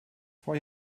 vor